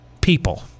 People